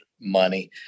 money